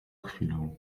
chwilę